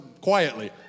quietly